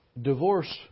Divorce